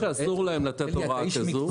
אני חושב שאסור להם לתת הוראה כזו.